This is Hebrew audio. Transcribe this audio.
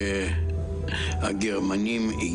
משרד הרווחה נותן את השירותים שלו והמענים ללא מבחן הכנסה,